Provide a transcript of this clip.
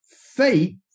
faith